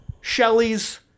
shelley's